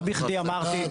תצאו להפסקה,